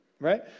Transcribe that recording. Right